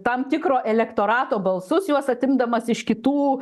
tam tikro elektorato balsus juos atimdamas iš kitų